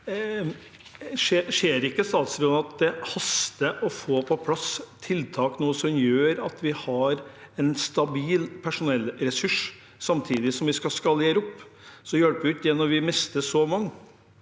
Ser ikke statsråden at det haster å få på plass tiltak nå som gjør at vi har en stabil personellressurs samtidig som vi skal skalere opp? Det hjelper jo ikke når vi mister så mange.